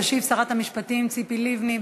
תשיב שרת המשפטים ציפי לבני.